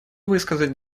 высказать